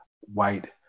white